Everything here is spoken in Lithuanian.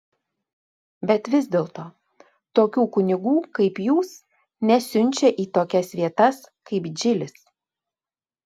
bet vis dėlto tokių kunigų kaip jūs nesiunčia į tokias vietas kaip džilis